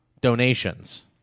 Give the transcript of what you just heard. donations